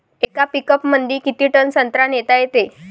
येका पिकअपमंदी किती टन संत्रा नेता येते?